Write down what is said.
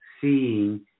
seeing